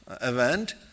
event